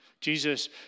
Jesus